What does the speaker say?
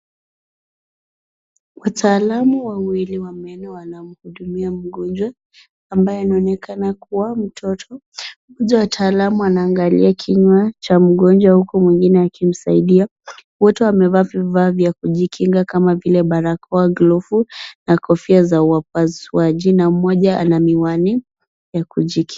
Wataalamu wawili wa meno wanamhudumia mgonjwa ambaye anaonekana kuwa mtoto. Mmoja wa wataalamua anaangalia kinywa cha mgonjwa huku mwingine akimsaidia. Wote wamevaa vifaa vya kujikinga kama vile, barakoa, glovu na kofia za wapasuaji, na mmoja ana miwani ya kujikinga.